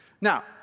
Now